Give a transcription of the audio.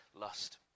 lust